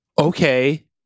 okay